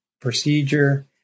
procedure